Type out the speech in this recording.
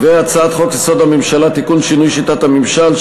והצעת חוק-יסוד: הממשלה (תיקון שינוי שיטת הממשל),